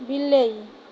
ବିଲେଇ